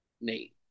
Nate